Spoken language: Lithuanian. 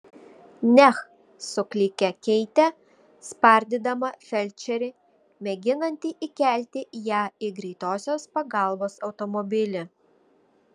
neh suklykė keitė spardydama felčerį mėginantį įkelti ją į greitosios pagalbos automobilį